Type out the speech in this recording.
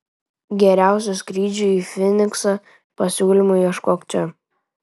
geriausių skrydžių į fyniksą pasiūlymų ieškok čia